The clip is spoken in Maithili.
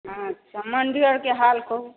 अच्छा मंदिल आरके हाल कहू